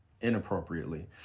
inappropriately